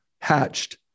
hatched